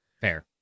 Fair